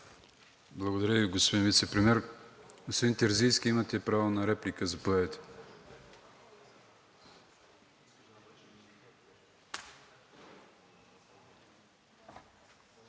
Благодаря Ви, господин Вицепремиер. Господин Терзийски, имате право на реплика. Заповядайте.